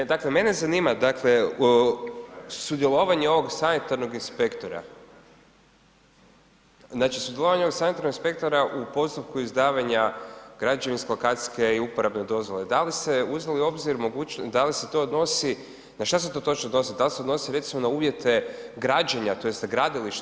Ne, dakle mene zanima dakle sudjelovanje ovog sanitarnog inspektora, znači sudjelovanje od sanitarnog inspektora u postupku izdavanja građevinske, lokacijske i uporabne dozvole, da li ste uzeli u obzir mogućnost, da li se to odnosi, na što se to točno odnosi, da li se odnosi, recimo na uvjete građenja tj. na gradilište?